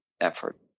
effort